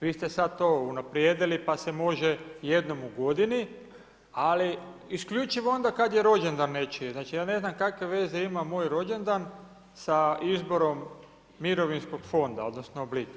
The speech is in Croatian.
Vi ste sad to unaprijedili pa se može jednom u godini ali isključivo kad je rođendan nečiji, znači ja ne znam kakve veze ima moj rođendan sa izborom mirovinskog fonda odnosno oblika.